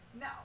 no